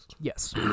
Yes